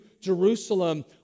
Jerusalem